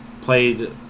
Played